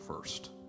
first